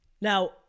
Now